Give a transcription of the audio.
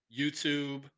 YouTube